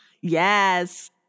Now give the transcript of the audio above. Yes